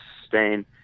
sustain